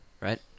Right